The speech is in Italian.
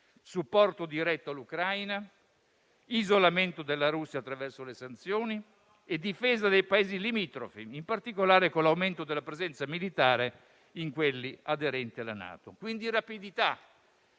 supporto diretto all'Ucraina, isolamento della Russia attraverso le sanzioni e difesa dei Paesi limitrofi, in particolare con l'aumento della presenza militare in quelli aderenti alla NATO; quindi rapidità,